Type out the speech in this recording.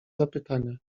zapytania